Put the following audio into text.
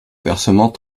versement